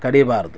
ಕಡಿಬಾರ್ದು